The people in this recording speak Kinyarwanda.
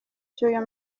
cy’uyu